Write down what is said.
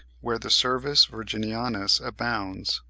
where the cervus virginianus abounds.